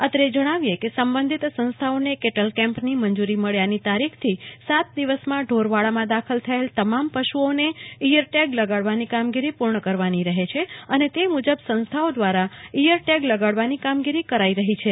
અંગે જણાવી એક સંબંધિત સંસ્થા ઓને કેટલ કેમ્પની મંજૂરી મળ્યાની તારીખથી ર દિવસ માં ઢોરવાડામાં દાખલ થયેલતમામ પશુઓને ઇયર ટેગ લગાડવાની કામગીરી પૂર્ણ કરવાની રહે છે અને તે મુજબ સંસ્થાિઓ દ્વારા ઇયર ટેગલગાડવાની કામગીરી કરાઇ રહ્યી છે